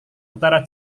utara